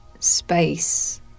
space